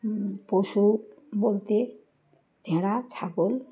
পশু বলতে ভেড়া ছাগল